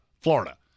Florida